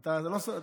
זה לא סוד.